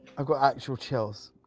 i got actual chill,